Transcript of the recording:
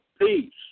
peace